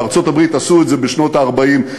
בארצות-הברית עשו את זה בשנות ה-40,